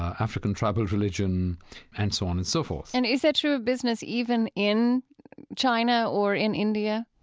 african tribal religion and so on and so forth and is that true of business even in china or in india?